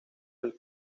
del